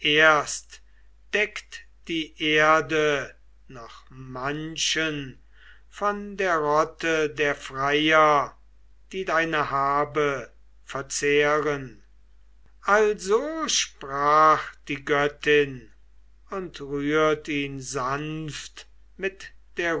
erst deckt die erde noch manchen von der rotte der freier die deine habe verzehren also sprach die göttin und rührt ihn sanft mit der